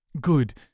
Good